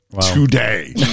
Today